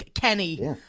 Kenny